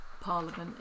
Parliament